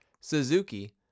Suzuki